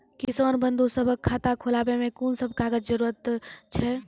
किसान बंधु सभहक खाता खोलाबै मे कून सभ कागजक जरूरत छै?